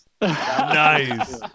nice